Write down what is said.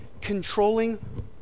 controlling